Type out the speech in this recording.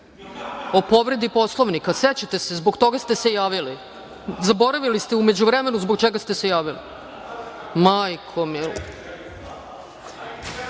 povredi Poslovnika, sećate se. Zbog toga ste se javili. Zaboravili ste u međuvremenu zbog čega ste se javili. Majko mila? Vi